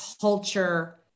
culture